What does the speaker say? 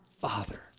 Father